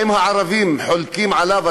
האם הערבים חולקים עליו,